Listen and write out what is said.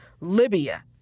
Libya